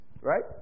right